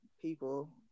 people